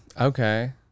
Okay